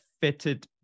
fitted